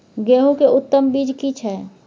गेहूं के उत्तम बीज की छै?